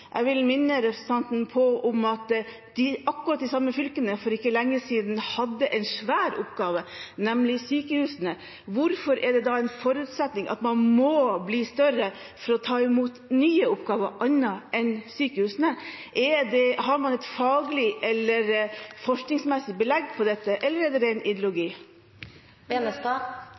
Jeg vil minne representanten om at akkurat de samme fylkene for ikke lenge siden hadde en svær oppgave, nemlig sykehusene. Hvorfor er det da en forutsetning at man må bli større for å ta imot nye oppgaver, annet enn sykehusene? Har man et faglig eller forskningsmessig belegg for dette, eller er det ren ideologi?